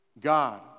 God